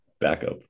Backup